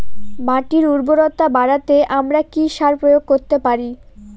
মাটির উর্বরতা বাড়াতে আমরা কি সার প্রয়োগ করতে পারি?